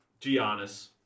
Giannis